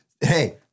hey